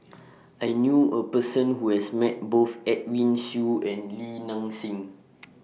I knew A Person Who has Met Both Edwin Siew and Li Nanxing